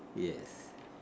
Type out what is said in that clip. yes